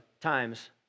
times